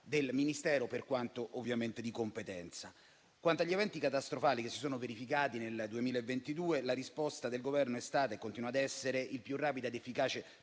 del Ministero, per quanto ovviamente di competenza. Quanto agli eventi catastrofali che si sono verificati nel 2022, la risposta del Governo è stata e continua ad essere il più rapida ed efficace